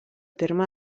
terme